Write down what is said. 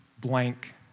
blank